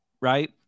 right